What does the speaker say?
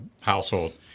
household